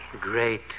Great